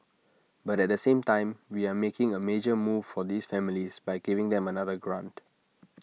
but at the same time we are making A major move for these families by giving them another grant